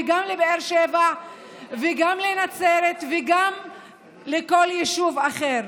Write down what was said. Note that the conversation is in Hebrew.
גם לבאר שבע וגם לנצרת וגם לכל יישוב אחר,